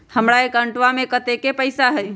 हमार अकाउंटवा में कतेइक पैसा हई?